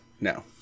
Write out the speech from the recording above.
no